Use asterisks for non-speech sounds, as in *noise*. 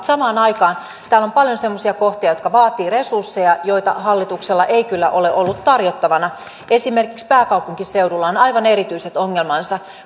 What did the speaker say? *unintelligible* samaan aikaan täällä on paljon semmoisia kohtia jotka vaativat resursseja joita hallituksella ei kyllä ole ollut tarjottavana esimerkiksi pääkaupunkiseudulla on aivan erityiset ongelmansa